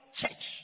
church